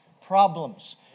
problems